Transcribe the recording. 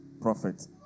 prophet